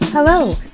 Hello